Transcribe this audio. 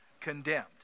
condemned